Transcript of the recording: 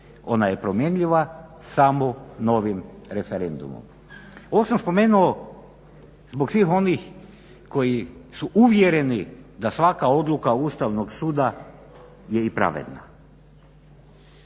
Ona je promjenjiva samo novim referendumom. Ovo sam spomenuo zbog svih onih koji su uvjereni da svaka odluka Ustavnog suda je i pravedna.